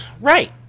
Right